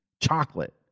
chocolate